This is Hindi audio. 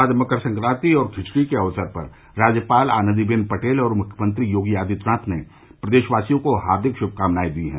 आज मकर संकांति और खिचड़ी के अवसर पर राज्यपाल आनन्दी बेन पटेल और मुख्यमंत्री योगी आदित्यनाथ ने प्रदेशवासियों को हार्दिक श्भकामनाएं दी हैं